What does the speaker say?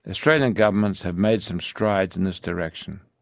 australian governments have made some strides in this direction.